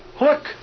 Look